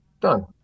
Done